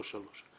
לא שלוש.